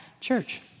church